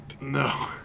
No